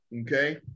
okay